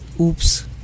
oops